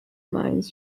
mines